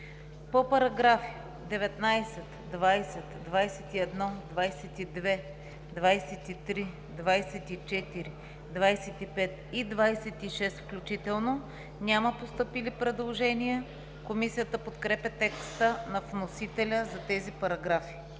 По § 19, 20, 21, 22, 23, 24, 25 и 26 включително няма постъпили предложения. Комисията подкрепя текста на вносителя за тези параграфи.